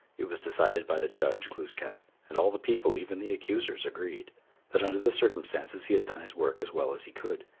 it was decided by the judge, glooskap and all the people, even the accusers, agreed that under the circumstances he had done his work as well as he could,